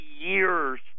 years